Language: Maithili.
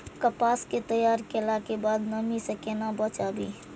कपास के तैयार कैला कै बाद नमी से केना बचाबी?